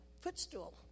footstool